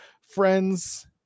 friends